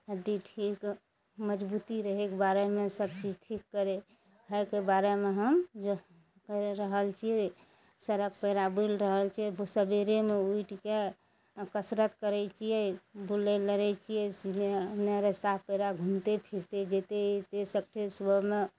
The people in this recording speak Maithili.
हड्डी ठीक मजबूती रहयके बारेमे सब चीज ठीक करय हइके बारेमे हम योगा करि रहल छियै सड़क पेरा बुलि रहल छियै सवेरेमे उठिके कसरत करय छियै बुलय लड़य छियै नहि रास्ता पैरा घुमते फिरते जेतय एतय सब ठे सुबहमे